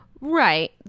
Right